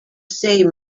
say